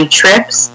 trips